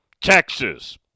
Texas